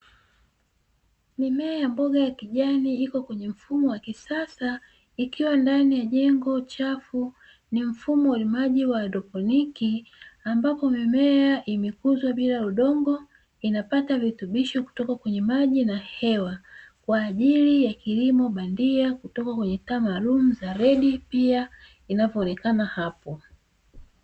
Mimea ya Mboga ya kijani iko kwenye mfumo wa kisasa ikiwa ndani ya jengo chafu. Ni mfumo wenye maji wa haidroponi ambapo mimea imekuzwa bila udongo, inapata virutubisho kutoka kwenye maji na hewa kwa ajili ya kilimo bandia kutoka kwenye taa maalumu za redi pia inavyoonekana hapo.